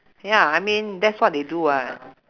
ya I mean that's what they do [what]